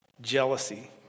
Jealousy